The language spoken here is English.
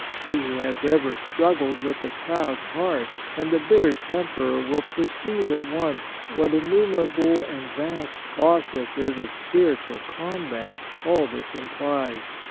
he who has ever struggled with a proud heart and a bitter temper will per ceive at once what innumerable and vast processes of spiritual combat all this im plies.